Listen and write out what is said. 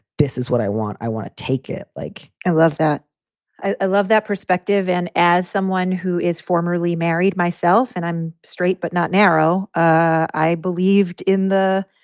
this is what i want. i want to take it like i love that i love that perspective. and as someone who is formerly married myself and i'm straight but not narrow, i believed in the,